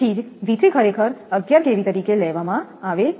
તેથી જ ખરેખર 11 kV તરીકે લેવામાં આવે છે